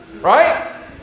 Right